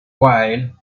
while